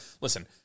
listen